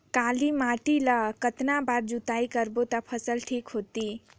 काली माटी ला कतना बार जुताई करबो ता फसल ठीक होती?